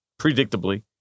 Predictably